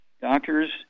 Doctors